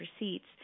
receipts